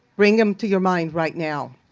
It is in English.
bring them to your mind right now.